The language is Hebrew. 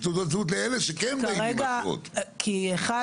אנחנו מסבירים לכם --- אז כשיש לכם